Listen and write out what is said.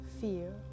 fear